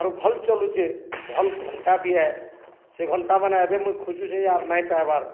ଆରୁ ଭଲ୍ ଚଲୁଛେ ଭଲ୍ ଘଣ୍ଟା ବି ଏ ସେ ଘଣ୍ଟାମାନେ ଏବେ ମୁଇଁ ଖୋଜୁଛେ ଯେ ଆର୍ ନାଇଁ ପାଇ୍ବାର୍